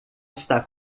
está